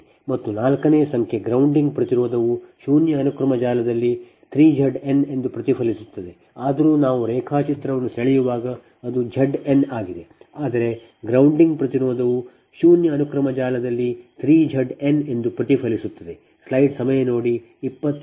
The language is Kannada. ಮತ್ತು 4 ನೇ ಸಂಖ್ಯೆ ಗ್ರೌಂಡಿಂಗ್ ಪ್ರತಿರೋಧವು ಶೂನ್ಯ ಅನುಕ್ರಮ ಜಾಲದಲ್ಲಿ 3 Z n ಎಂದು ಪ್ರತಿಫಲಿಸುತ್ತದೆ ಆದರೂ ನಾವು ರೇಖಾಚಿತ್ರವನ್ನು ಸೆಳೆಯುವಾಗ ಅದು Z n ಆಗಿದೆ ಆದರೆ ಗ್ರೌಂಡಿಂಗ್ ಪ್ರತಿರೋಧವು ಶೂನ್ಯ ಅನುಕ್ರಮ ಜಾಲದಲ್ಲಿ 3 Z n ಎಂದು ಪ್ರತಿಫಲಿಸುತ್ತದೆ